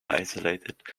isolated